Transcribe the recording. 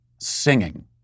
singing